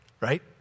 right